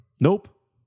Nope